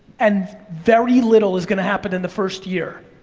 and very little is gonna happen in the first year.